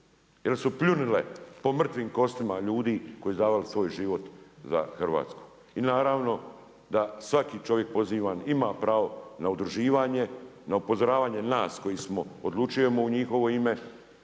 jer su pljunile po mrtvim kostima ljudi koji su davali svoj život za Hrvatsku. I naravno da svaki čovjek pozivam ima pravo na udruživanje, na upozoravanje nas koji smo odlučujemo u njihovo ime,